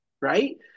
right